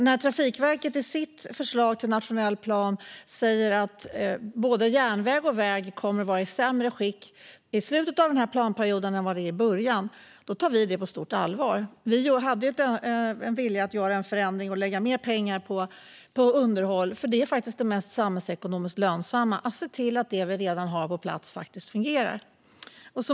När Trafikverket i sitt förslag till nationell plan säger att både järnväg och väg kommer att vara i sämre skick i slutet av denna planperiod än i början tar vi det på stort allvar. Vi hade en vilja att göra en förändring och lägga mer pengar på underhåll, för det mest samhällsekonomiskt lönsamma är faktiskt att se till att det vi redan har på plats fungerar.